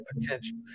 potential